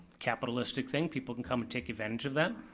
capitalistic thing, people can come and take advantage of that.